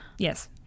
Yes